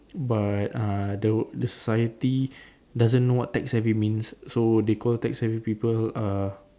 but ah the the society doesn't know what tech savvy means so they call tech savvy people uh